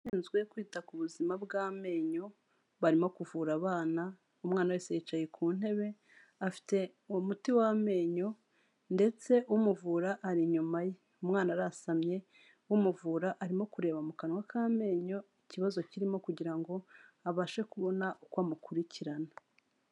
Abashinzwe kwita ku buzima bw'amenyo barimo kuvura abana, umwana wese yicaye ku ntebe afite umuti w'amenyo, ndetse umuvura ari inyuma ye. Umwana arasamye umuvura arimo kureba mu kanwa k'amenyo ikibazo kirimo kugira ngo abashe kubona uko amukurikirana.